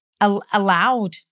allowed